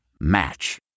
Match